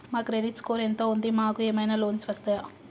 మా credit score ఎంత ఉంది? మాకు ఏమైనా లోన్స్ వస్తయా?